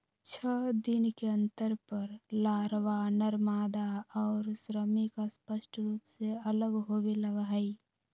छः दिन के अंतर पर लारवा, नरमादा और श्रमिक स्पष्ट रूप से अलग होवे लगा हई